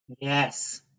Yes